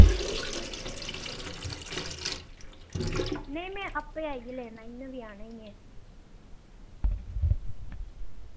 नेईं में आप्पे आइयै लेना इ'यां बी आना ही ऐ